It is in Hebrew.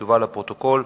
התשובה לפרוטוקול.